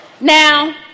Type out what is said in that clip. Now